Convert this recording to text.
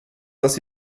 dass